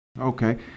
Okay